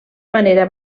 manera